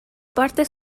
parte